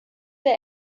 der